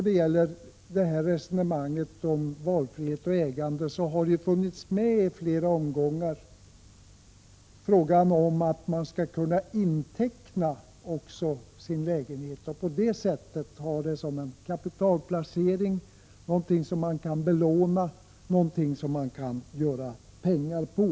I diskussionen om valfrihet och ägande har man i flera omgångar tagit upp frågan om att en lägenhetsinnehavare skall kunna inteckna sin lägenhet och på det sättet ha denna som en kapitalplacering, dvs. någonting som man kan belåna och som man kan göra pengar på.